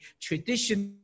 traditional